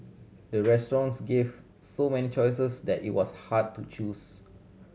the restaurants gave so many choices that it was hard to choose